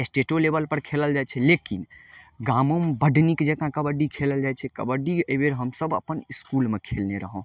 स्टेटो लेबलपर खेलल जाइ छै लेकिन गामोमे बड्ड नीक जकाँ कबड्डी खेलल जाइ छै कबड्डी अइ बेर हमसब अपन इसकुलमे खेलने रहौं